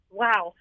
wow